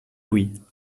louis